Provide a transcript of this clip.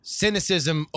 cynicism